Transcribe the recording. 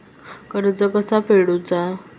कर्ज कसा फेडुचा?